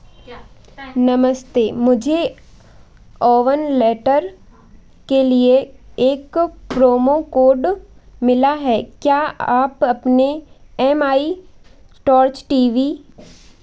नमस्ते मुझे औवन लेटर के लिए एक प्रोमो कोड मिला है क्या आप अपने M I torch T we